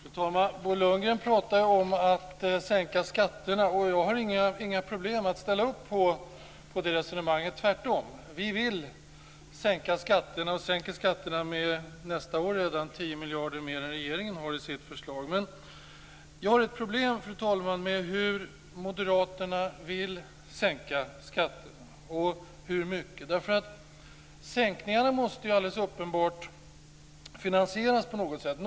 Fru talman! Bo Lundgren pratar om att sänka skatterna. Jag har inga problem med att ställa upp på det resonemanget. Tvärtom! Vi vill sänka skatterna. Nästa år sänker vi skatterna med mer än 10 miljarder än i regeringens förslag. Fru talman! Jag har ett problem med på vilket sätt och med hur mycket moderaterna vill sänka skatterna. Sänkningarna måste alldeles uppenbart finansieras på något sätt.